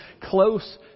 close